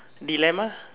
dilemma